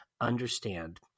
understand